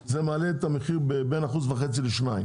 זה מעלה את המחיר באחוז או שניים.